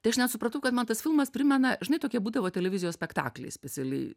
tai aš net supratau kad man tas filmas primena žinai tokie būdavo televizijos spektakliai specialiai